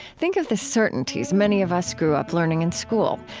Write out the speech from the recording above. think of the certainties many of us grew up learning in school,